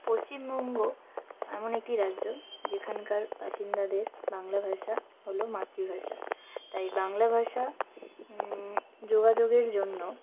পশ্চিমবঙ্গ এমন একটি রাজ্য যেখানকার বাসিন্দাদের বাংলা ভাষা হলো মাতৃভাষা তাই বাংলা ভাষা যোগাযোগের জন্য